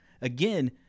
again